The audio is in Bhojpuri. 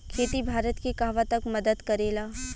खेती भारत के कहवा तक मदत करे ला?